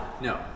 No